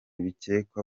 bikekwa